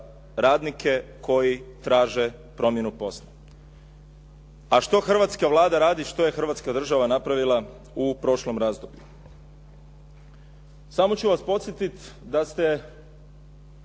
radnike koji traže promjenu poslova. A što hrvatska Vlada radi, što je Hrvatska država napravila u prošlom razdoblju? Samo ću vas podsjetit da ste